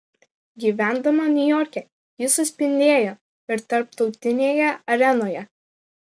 gyvendama niujorke ji suspindėjo ir tarptautinėje arenoje